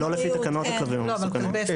לא לפי תקנות הכלבים המסוכנים.